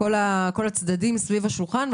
כל הצדדים סביב השולחן על הרבה מאוד